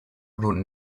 wrote